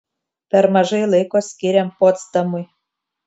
per mažai laiko skyrėm potsdamui